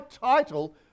title